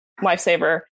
lifesaver